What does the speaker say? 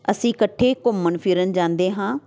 ਅਸੀਂ ਇਕੱਠੇ ਘੁੰਮਣ ਫਿਰਨ ਜਾਂਦੇ ਹਾਂ